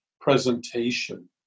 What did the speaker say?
presentation